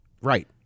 Right